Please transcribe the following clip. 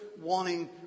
wanting